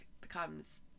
becomes